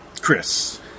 Chris